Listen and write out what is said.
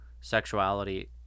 sexuality